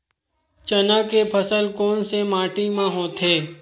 चना के फसल कोन से माटी मा होथे?